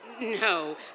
No